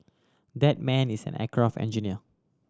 that man is an aircraft engineer